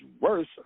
worse